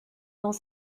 dans